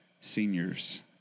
seniors